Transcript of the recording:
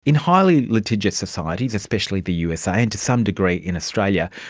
in highly litigious societies, especially the usa and to some degree in australia,